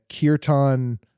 Kirtan